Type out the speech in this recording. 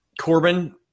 Corbin